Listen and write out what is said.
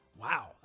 Wow